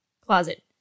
closet